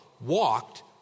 walked